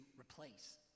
replace